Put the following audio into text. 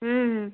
हं हं